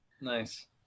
Nice